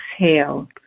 Exhale